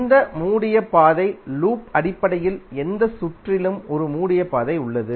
எந்த மூடிய பாதை லூப் அடிப்படையில் எந்த சுற்றிலும் ஒரு மூடிய பாதை உள்ளது